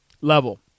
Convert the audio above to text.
level